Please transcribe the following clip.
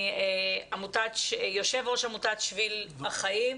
יושב-ראש עמותת בשביל החיים.